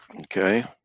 Okay